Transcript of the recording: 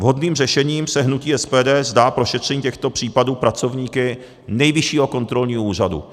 Vhodným řešením se hnutí SPD zdá prošetření těchto případů pracovníky Nejvyššího kontrolního úřadu.